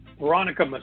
Veronica